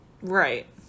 Right